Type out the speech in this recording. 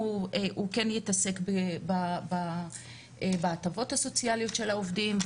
מתעסק בהטבות הסוציאליות של העובדים.